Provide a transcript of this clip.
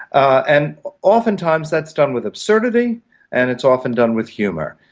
and oftentimes that's done with absurdity and it's often done with humour.